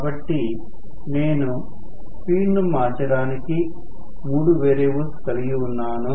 కాబట్టి నేను స్పీడ్ ను మార్చడానికి మూడు వేరియబుల్స్ కలిగి ఉన్నాను